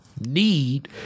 need